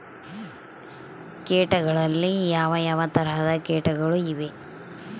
ಕೇಟಗಳಲ್ಲಿ ಯಾವ ಯಾವ ತರಹದ ಕೇಟಗಳು ಇವೆ?